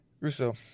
Russo